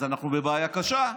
אז אנחנו בבעיה קשה.